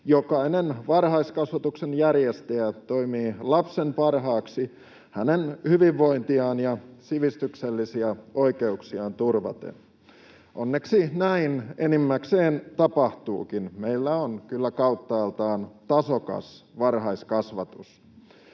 jokainen varhaiskasvatuksen järjestäjä toimii lapsen parhaaksi hänen hyvinvointiaan ja sivistyksellisiä oikeuksiaan turvaten. Onneksi näin enimmäkseen tapahtuukin. Meillä on kyllä kauttaaltaan tasokas varhaiskasvatus.